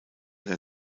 der